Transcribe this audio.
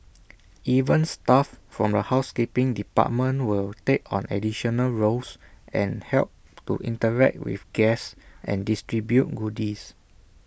even staff from the housekeeping department will take on additional roles and help to interact with guests and distribute goodies